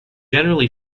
generally